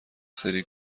سری